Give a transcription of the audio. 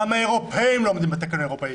גם האירופאים לא עומדים בתקן האירופאי,